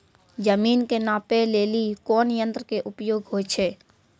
जमीन के नापै लेली कोन यंत्र के उपयोग होय छै?